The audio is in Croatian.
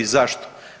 Zašto?